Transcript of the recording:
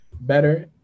better